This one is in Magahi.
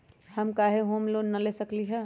हम काहे होम लोन न ले सकली ह?